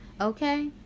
Okay